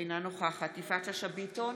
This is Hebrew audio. אינה נוכחת יפעת שאשא ביטון,